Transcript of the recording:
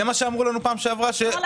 זה מה שאמרו לנו בפעם שעברה -- לא,